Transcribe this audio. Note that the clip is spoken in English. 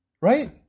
right